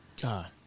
God